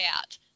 out